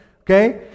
Okay